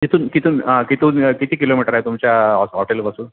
तिथून किथून तिथून किती किती किलोमीटर आहे तुमच्या हॉटेलपासून